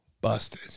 busted